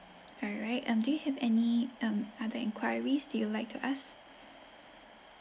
alright um do you have any um other inquiries do you like to ask